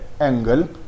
angle